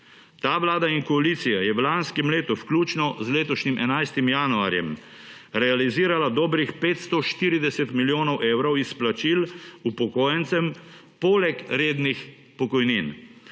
Ta vlada in koalicija sta v lanskem letu, vključno z letošnjim 11. januarjem, realizirali dobrih 540 milijonov evrov izplačil upokojencem poleg rednih pokojnin.